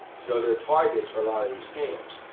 so they're targets for a lot of these scams.